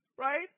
right